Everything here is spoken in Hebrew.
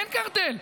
אין קרטל.